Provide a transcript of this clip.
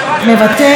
מוותר,